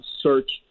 search